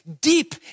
deep